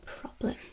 problem